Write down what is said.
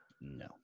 No